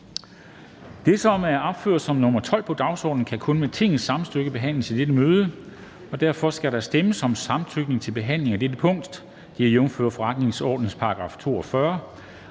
Det, der er opført som nr. 12 på dagsordenen, kan kun med Tingets samtykke behandles i dette møde, og der skal derfor stemmes om samtykke til behandling af dette punkt, jævnfør forretningsordenens § 42.